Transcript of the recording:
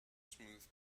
smooth